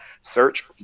search